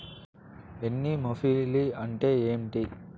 Anemophily అంటే ఏంటి?